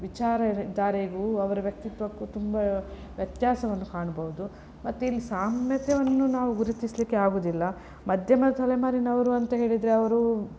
ವಿಚಾರಧಾರೆಗೂ ಅವ್ರ ವ್ಯಕ್ತಿತ್ವಕ್ಕೂ ತುಂಬ ವ್ಯತ್ಯಾಸವನ್ನು ಕಾಣ್ಬೌದು ಮತ್ತು ಇಲ್ಲಿ ಸಾಮ್ಯತೆಯನ್ನು ನಾವು ಗುರುತಿಸಲಿಕ್ಕೆ ಆಗೋದಿಲ್ಲ ಮಧ್ಯಮ ತಲೆಮಾರಿನವರು ಅಂತ ಹೇಳಿದರೆ ಅವರು